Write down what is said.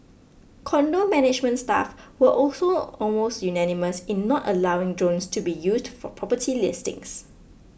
condo management staff were also almost unanimous in not allowing drones to be used for property listings